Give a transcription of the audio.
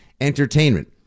entertainment